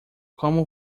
como